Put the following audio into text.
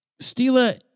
Stila